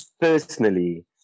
personally